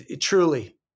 Truly